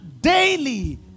daily